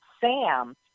Sam